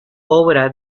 obra